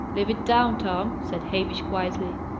live it down, tom, said hamish quietly.